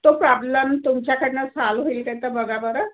तो प्रॉब्लम तुमच्याकडनं सॉल होईल का तर बघा बरं